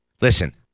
Listen